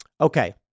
Okay